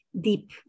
deep